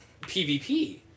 PvP